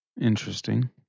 Interesting